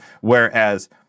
Whereas